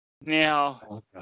Now